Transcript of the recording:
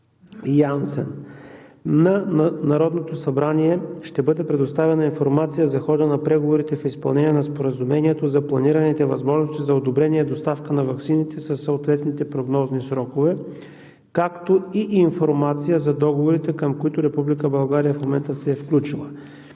На Народното събрание ще бъде предоставена информация за хода на преговорите в изпълнение на Споразумението за планираните възможности за одобрение и доставка на ваксините със съответните прогнозни срокове, както и информация за договорите, към които Република България в момента се е включила.